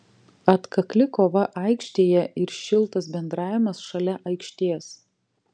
atkakli kova aikštėje ir šiltas bendravimas šalia aikštės